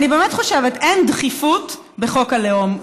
אני באמת חושבת שאין דחיפות בחוק הלאום.